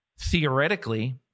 Theoretically